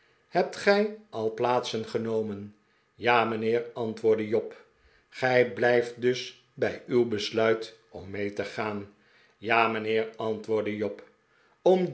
hebt gij al piaatsen genomen ja mijnheer antwoordde job gij blijft dus bij uw besluit om mee te gaan ja mijnheer antwoordde job